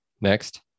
Next